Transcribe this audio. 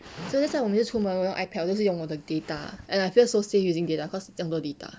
so that's why 我每次就出门我用 ipad hor 就是用我的 data and I feel so safe using data lah cause 这样多 data